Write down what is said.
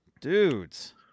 Dudes